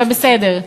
אבל בסדר.